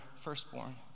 firstborn